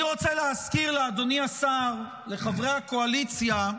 אני רוצה להזכיר לאדוני השר, לחברי הקואליציה,